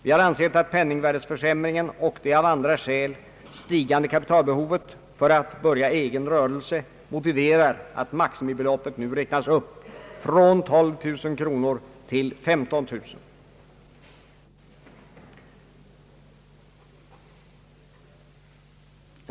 Vi har ansett att penningvärdeförsämringen och det av andra skäl stigande kapitalbehovet för att börja egen rörelse motiverar att maximibeloppet nu räknas upp från 12 000 kronor till 15 000 kronor.